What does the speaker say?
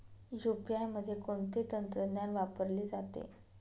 UPI मध्ये कोणते तंत्रज्ञान वापरले जाते?